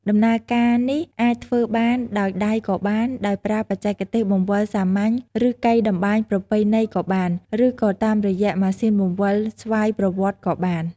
ដំណើរការនេះអាចធ្វើបាន ដោយដៃក៏បាន ដោយប្រើបច្ចេកទេសបង្វិលសាមញ្ញ ឬកីតម្បាញប្រពៃណីក៏បាន ឬក៏តាមរយៈម៉ាស៊ីនបង្វិលស្វ័យប្រវត្តិក៏បាន។